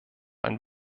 ein